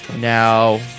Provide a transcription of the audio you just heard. Now